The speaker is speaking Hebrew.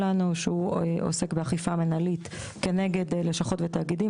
עוסק באכיפה מנהלית כנגד לשכות ותאגידים,